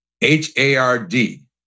H-A-R-D